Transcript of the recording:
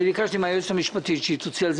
ביקשתי מהיועצת המשפטית שתוציא על כך